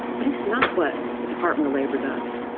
but it is not what the department of labor does.